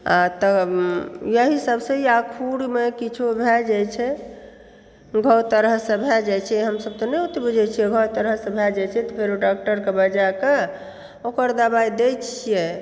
आ तऽ यही सभसँ या खूरमे किछो भए जाय छै घाव तरहसँ भए जाय छै हमसभ तऽ नहि ओतय बुझैत छियै घाव तरहसँ भए जाइत छै तऽ फेरो डॉक्टरकऽ बजाके ओकर दबाइ दैत छियै